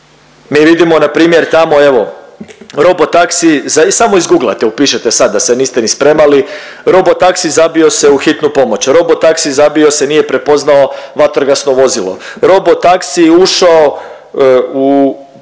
Mi vidimo npr. tamo evo robo taksiji, samo izguglate, upišete sad da se niste ni spremali robo taksi zabio se u hitnu pomoć, robo taksi zabio se nije prepoznao vatrogasno vozilo, robo taksi ušao u